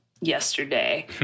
yesterday